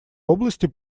области